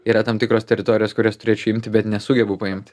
yra tam tikros teritorijos kurias turėčiau imti bet nesugebu paimti